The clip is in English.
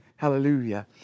Hallelujah